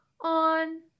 on